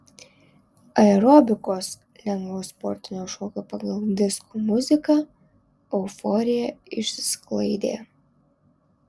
aerobikos lengvo sportinio šokio pagal disko muziką euforija išsisklaidė